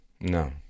No